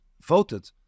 voted